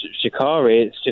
Shikari